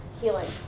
healing